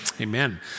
Amen